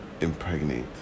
impregnate